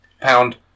pound